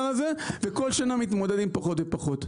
הזה וכל שנה מתמודד עם פחות ופחות.